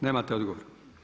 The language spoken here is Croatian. Nemate odgovor.